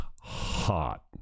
hot